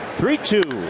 Three-two